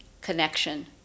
connection